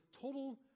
total